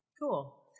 Cool